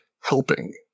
helping